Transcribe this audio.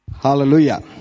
Hallelujah